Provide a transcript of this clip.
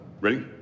Ready